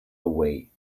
away